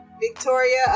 victoria